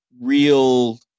real